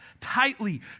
tightly